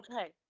Okay